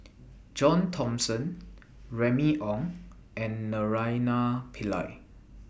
John Thomson Remy Ong and Naraina Pillai